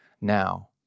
now